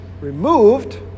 removed